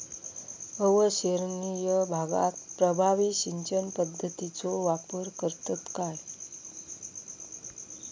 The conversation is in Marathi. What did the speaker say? अवर्षणिय भागात प्रभावी सिंचन पद्धतीचो वापर करतत काय?